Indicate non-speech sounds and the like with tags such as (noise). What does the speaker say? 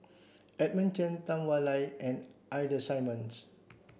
Edmund Cheng Tam Wai (unintelligible) and Ida Simmons